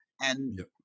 And-